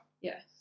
Yes